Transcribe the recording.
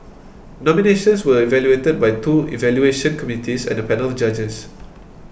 nominations were evaluated by two evaluation committees and a panel of judges